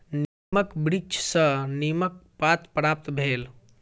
नीमक वृक्ष सॅ नीमक पात प्राप्त भेल